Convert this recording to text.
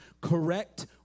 Correct